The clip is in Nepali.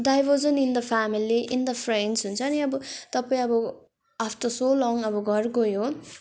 diversion in the family in the friends हुन्छ नि अब तपाईँँ अब आफ्टर सो लङ अब घर गयो